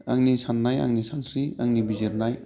आंनि साननाय आंनि सानस्रि आंनि बिजिरनाय